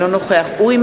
אינו נוכח אורי